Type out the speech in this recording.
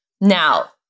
Now